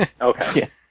Okay